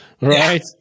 right